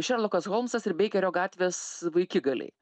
šerlokas holmsas ir beikerio gatvės vaikigaliai